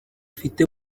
afite